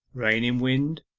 rain in wind,